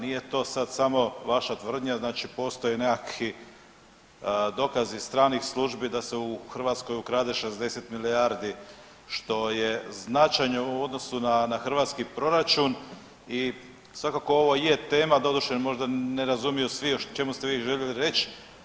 Nije to sad samo vaša tvrdnja, znači postoje nekakvi dokazi stranih službi da se u Hrvatskoj ukrade 60 milijardi, što je značajno u odnosu na, na hrvatski proračun i svakako ovo je tema, doduše možda ne razumiju svi o čemu ste vi željeli reć.